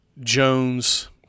Jones